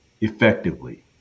effectively